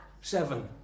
Seven